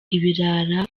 ibirara